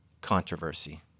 controversy